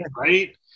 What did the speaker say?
right